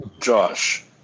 Josh